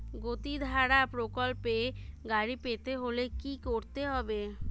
গতিধারা প্রকল্পে গাড়ি পেতে হলে কি করতে হবে?